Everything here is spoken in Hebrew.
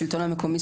השלטון המקומי,